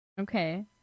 Okay